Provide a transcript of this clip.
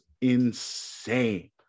insane